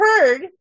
heard